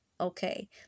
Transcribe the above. okay